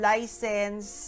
License